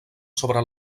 sobre